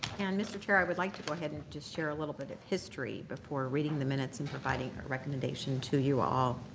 and, mr. chair, i would like to go ahead and just share a little bit of history before reading the minutes and providing a recommendation to you all.